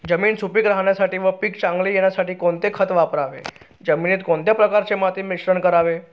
जमीन सुपिक राहण्यासाठी व पीक चांगले येण्यासाठी कोणते खत वापरावे? जमिनीत कोणत्या प्रकारचे माती मिश्रण करावे?